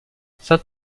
saint